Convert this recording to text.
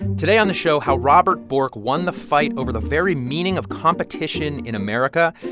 today on the show, how robert bork won the fight over the very meaning of competition in america,